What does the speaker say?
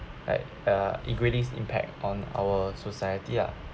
at uh in bringing impact on our society ah